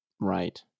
Right